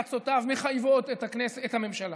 עצותיו מחייבות את הממשלה.